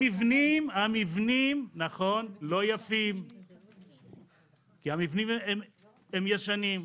המבנים לא יפים כי הם ישנים.